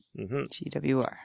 GWR